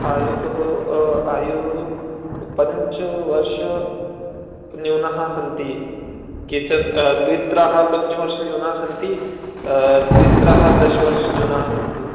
आयु तुः आयु पञ्चवर्षन्यूनाः सन्ति केचन् द्वित्रः पञ्चवर्शन्यूनाः सन्ति द्वित्राः दश वर्षाः न्यूनाः सन्ति